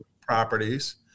properties